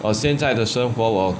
我现在的生活我